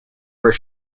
were